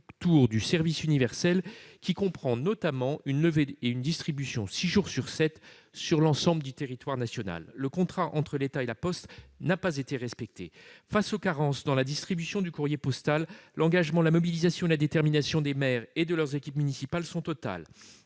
contours du service universel, qui comprend notamment une levée et une distribution six jours sur sept sur l'ensemble du territoire national. Le contrat entre l'État et La Poste n'a pas été respecté. Face aux carences dans la distribution du courrier postal, l'engagement, la mobilisation et la détermination des maires et de leurs équipes municipales sont entiers.